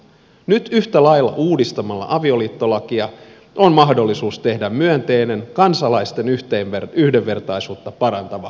nyt yhtä lailla uudistamalla avioliittolakia on mahdollisuus tehdä myönteinen kansalaisten yhdenvertaisuutta parantava muutos